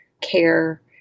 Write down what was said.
care